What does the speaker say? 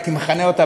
הייתי מכנה אותה,